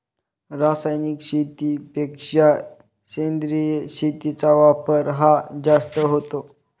रासायनिक शेतीपेक्षा सेंद्रिय शेतीचा वापर हा जास्त होतो